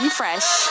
Fresh